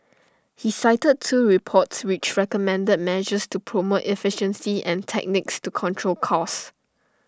he cited two reports which recommended measures to promote efficiency and techniques to control costs